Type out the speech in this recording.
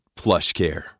PlushCare